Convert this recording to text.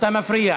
אתה מפריע.